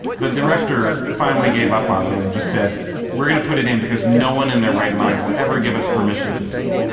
the director finally gave up on him and just said, we're going to put it in because no one in their right mind will ever give us permission for this.